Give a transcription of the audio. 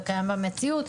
וקיים במציאות.